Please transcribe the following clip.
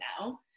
now